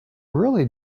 really